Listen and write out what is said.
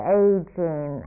aging